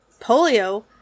polio